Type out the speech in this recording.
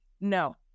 no